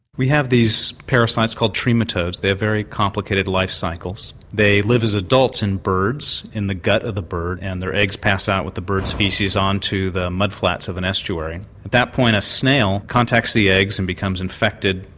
we have these parasites called trematodes they have very complicated life cycles they live as adults in birds, in the gut of the bird and their eggs pass out with the bird's faeces on to the mudflats of an estuary. at that point a snail contacts the eggs and becomes infected.